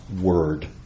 Word